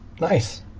Nice